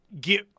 get